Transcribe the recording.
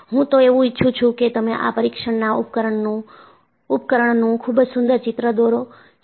હું તો એવું ઈચ્છું છું કે તમે આ પરીક્ષણના ઉપકરણનું ખુબ જ સુંદર ચિત્ર દોરો છો